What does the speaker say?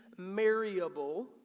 marryable